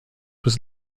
was